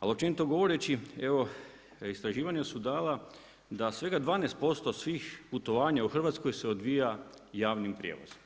ali općenito govoreći evo istraživanja su dala da svega 12% svih putovanja u Hrvatskoj se odvija javnim prijevozom.